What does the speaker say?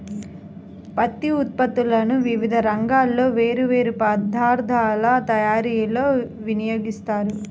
పత్తి ఉత్పత్తులను వివిధ రంగాల్లో వేర్వేరు పదార్ధాల తయారీలో వినియోగిస్తారు